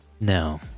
no